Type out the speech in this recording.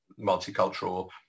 multicultural